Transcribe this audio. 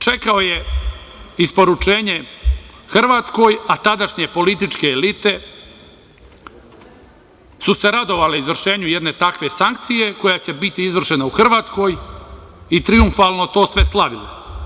Čekao je isporučenje Hrvatskoj, a tadašnje političke elite su se radovale izvršenju jedne takve sankcije koja će biti izvršena u Hrvatskoj i trijumfalno sve to slavili.